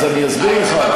אז אני אסביר לך.